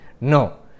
no